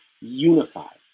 unified